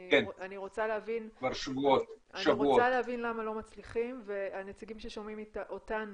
אני רוצה להבין למה לא מצליחים והנציגים ששומעים אותנו,